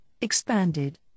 expanded